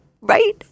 Right